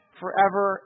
forever